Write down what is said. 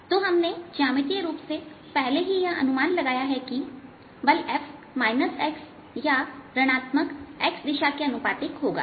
तो हमने ज्यामितीय रूप से पहले ही यह अनुमान लगाया है कि बल F x के या ऋण आत्मक x दिशा के अनुपातिक होगा